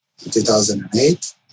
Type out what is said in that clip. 2008